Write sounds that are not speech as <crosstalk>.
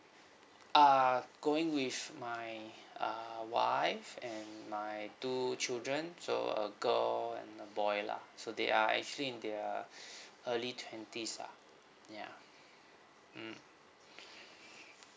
uh going with my uh wife and my two children so a girl and a boy lah so they are actually in their <breath> early twenties ah ya mm <breath>